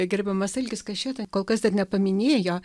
gerbiamas algis kašėta kol kas dar nepaminėjo